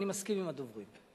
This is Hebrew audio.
ואני מסכים עם הדוברים.